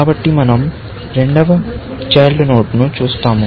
కాబట్టి మనం రెండవ చైల్డ్ నోడ్ ను చూస్తాము